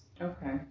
Okay